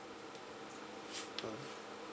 mm